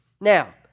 Now